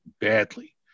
badly